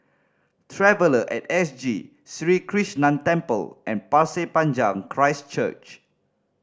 Traveller At S G Sri Krishnan Temple and Pasir Panjang Christ Church